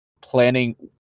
planning